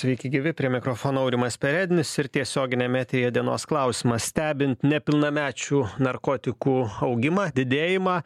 sveiki gyvi prie mikrofono aurimas perednis ir tiesioginiam eteryje dienos klausimas stebint nepilnamečių narkotikų augimą didėjimą